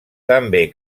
també